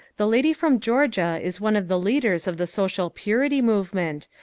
the lady from georgia is one of the leaders of the social purity movement,